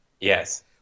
Yes